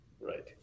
Right